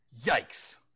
Yikes